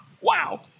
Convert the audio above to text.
Wow